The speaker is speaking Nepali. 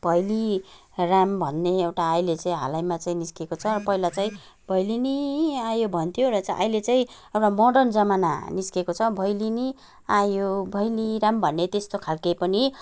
भैली राम भन्ने एउटा अहिले चाहिँ हालैमा चाहिँ निस्केको छ पहिला चाहिँ भैलेनी आयो भन्थ्यो र चाहिँ अहिले चाहिँ एउटा मडर्न जमाना निस्केको छ भैलेनी आयो भैलीराम भन्ने त्यस्तो खालको पनि